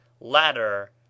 Ladder